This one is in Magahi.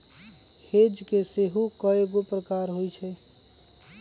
हेज के सेहो कएगो प्रकार होइ छै